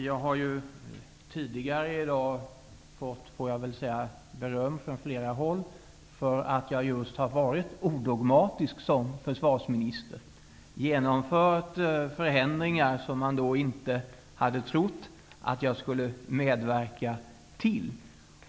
Herr talman! Jag har tidigare i dag fått -- får jag väl säga -- beröm från flera håll för att jag just har varit odogmatisk som försvarsminister. Jag har genomfört förändringar som man inte hade trott att jag skulle medverka till.